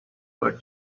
were